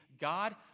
God